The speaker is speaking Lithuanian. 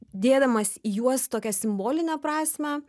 dėdamas į juos tokią simbolinę prasmę